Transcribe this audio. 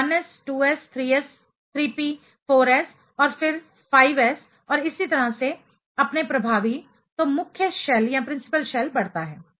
तो 1s 2s 3s 3p 4s और फिर 5 s और इसी तरह से अपने प्रभावी तो मुख्य शेल बढ़ता है